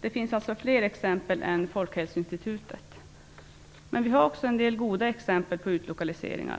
Det finns fler exempel än Folkhälsoinstitutet. Det finns också en del goda exempel på utlokaliseringar.